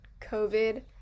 covid